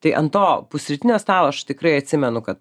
tai ant to pusrytinio stalo aš tikrai atsimenu kad